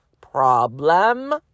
problem